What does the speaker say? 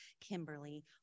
Kimberly